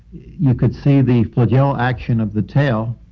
you could see the flagellum action of the tail.